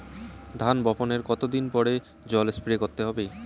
ধান বপনের কতদিন পরে জল স্প্রে করতে হবে?